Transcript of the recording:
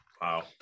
wow